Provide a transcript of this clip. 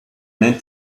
nennt